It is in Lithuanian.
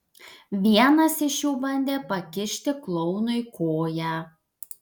vienas iš jų bandė pakišti klounui koją